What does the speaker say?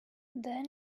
then